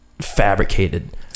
fabricated